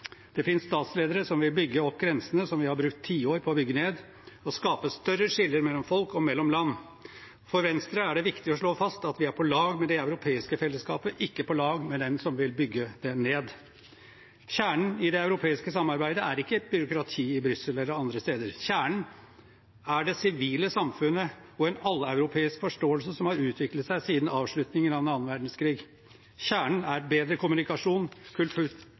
Det finnes statsledere som vil bygge opp grensene som vi har brukt tiår på å bygge ned, og skape større skiller mellom folk og mellom land. For Venstre er det viktig å slå fast at vi er på lag med det europeiske fellesskapet, ikke på lag med dem som vil bygge det ned. Kjernen i det europeiske samarbeidet er ikke et byråkrati i Brussel eller andre streder. Kjernen er det sivile samfunnet og en all-europeisk forståelse som har utviklet seg siden avslutningen av annen verdenskrig. Kjernen er bedre kommunikasjon,